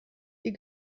die